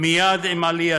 העולם?